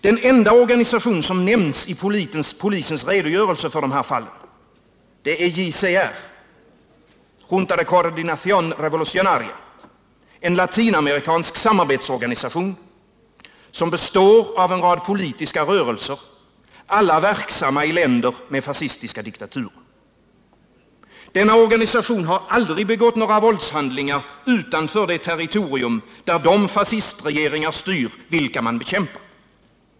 Den enda organisation som nämns i polisens redogörelse för dessa fall är JCR, Junta de Coordinaciön Revolucionaria, en latinamerikansk samarbetsorganisation, som består av en rad politiska rörelser, alla verksamma i länder med fascistiska diktaturer. Denna organisation har aldrig begått några våldshandlingar utanför det territorium där de fascistregeringar styr vilka man bekämpar.